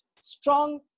strong